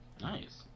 Nice